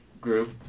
group